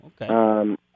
okay